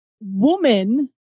woman